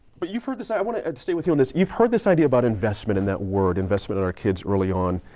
but you've heard this idea, i mean ah stay with me on this, you've heard this idea about investment and that word, investment in our kids early on.